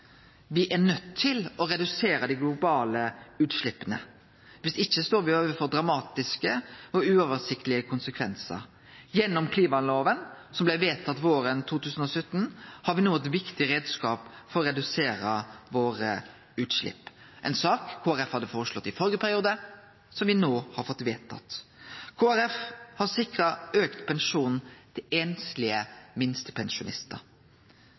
er nøydde til å redusere dei globale utsleppa. Viss ikkje står me overfor dramatiske og uoversiktlege konsekvensar. Gjennom klimalova, som blei vedtatt våren 2017, har me no ein viktig reiskap for å redusere utsleppa våre – ei sak Kristeleg Folkeparti altså føreslo i førre periode, og som me no har fått vedtatt. Kristeleg Folkeparti har sikra auka pensjon til einslege minstepensjonistar